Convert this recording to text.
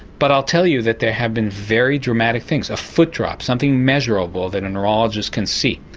but i'll tell you that there have been very dramatic things. a foot drop, something measurable that a neurologist can see.